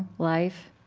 life,